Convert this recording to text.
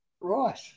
Right